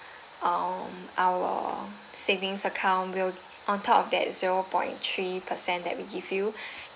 um our savings account will on top of that zero point three percent that we give you